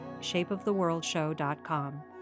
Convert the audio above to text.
shapeoftheworldshow.com